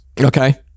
Okay